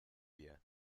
wir